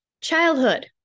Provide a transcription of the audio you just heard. Childhood